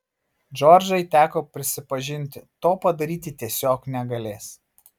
džordžai teko prisipažinti to padaryti tiesiog negalės